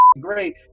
great